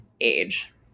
age